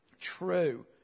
true